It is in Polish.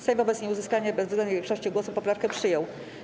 Sejm wobec nieuzyskania bezwzględnej większości głosów poprawkę przyjął.